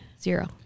Zero